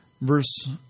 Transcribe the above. Verse